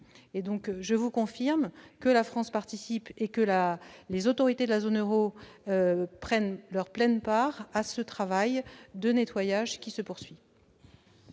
Je vous confirme que la France participe et que les autorités de la zone euro prennent toute leur part à ce travail de nettoyage qui se poursuit.